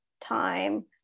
time